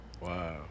Wow